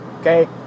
okay